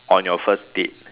on your first date